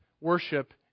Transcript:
worship